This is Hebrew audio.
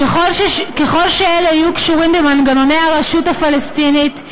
ככל שאלה יהיו קשורים במנגנוני הרשות הפלסטינית,